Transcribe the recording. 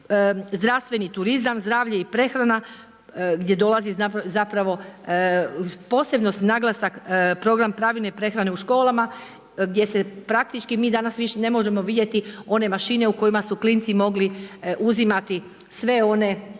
zdravstveni turizam, zdravlje i prehrana gdje dolazi zapravo posebno naglasak Program pravilne prehrane u školama gdje se praktički mi danas više ne možemo vidjeti one mašine u kojima su klinci mogli uzimati sve one